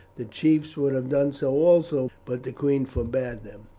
the chiefs would have done so also, but the queen forbade them.